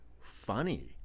funny